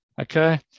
Okay